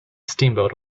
steamboat